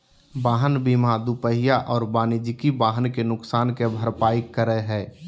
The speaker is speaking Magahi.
वाहन बीमा दूपहिया और वाणिज्यिक वाहन के नुकसान के भरपाई करै हइ